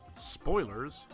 Spoilers